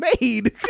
made